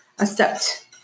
accept